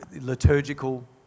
Liturgical